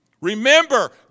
Remember